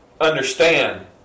understand